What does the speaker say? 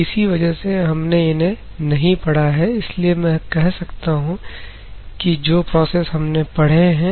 इसी वजह से हमने इन्हें नहीं पढ़ा है इसलिए मैं कह सकता हूं कि जो प्रोसेस हमने पढ़े हैं